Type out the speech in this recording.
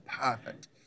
Perfect